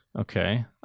Okay